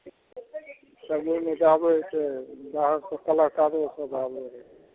मे कऽ आबै छै बाहरसँ कलाकारो सभ आबै हइ